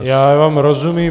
Já vám rozumím.